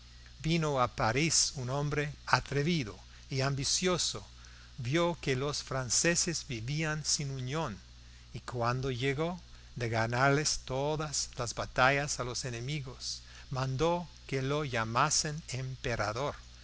vino a parís un hombre atrevido y ambicioso vio que los franceses vivían sin unión y cuando llegó de ganarles todas las batallas a los enemigos mandó que lo llamasen emperador